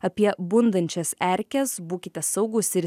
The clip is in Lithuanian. apie bundančias erkes būkite saugūs ir